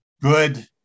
good